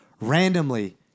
Randomly